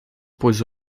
пользу